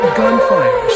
gunfire